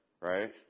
Right